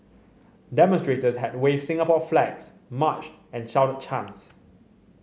demonstrators had waved Singapore flags marched and shouted chants